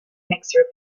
mixed